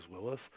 Willis